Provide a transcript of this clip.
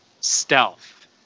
Stealth